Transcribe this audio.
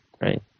right